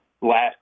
last